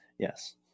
Yes